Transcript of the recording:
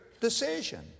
decision